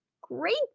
Great